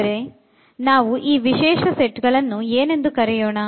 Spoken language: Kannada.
ಹಾಗಾದರೆ ನಾವು ಈ ವಿಶೇಷ ಸೆಟ್ಗಳನ್ನು ನಾವು ಏನೆಂದು ಕರೆಯೋಣ